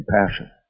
compassion